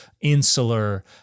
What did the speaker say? insular